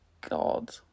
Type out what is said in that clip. God